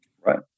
right